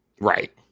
Right